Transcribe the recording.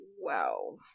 Wow